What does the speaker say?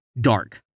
Dark